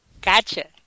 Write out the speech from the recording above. Gotcha